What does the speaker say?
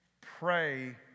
pray